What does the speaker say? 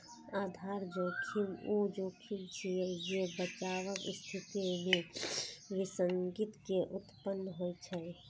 आधार जोखिम ऊ जोखिम छियै, जे बचावक स्थिति मे विसंगति के उत्पन्न होइ छै